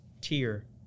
tier